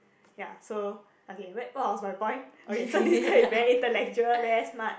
ya so okay wait what was my point okay so this guy is very intellectual very smart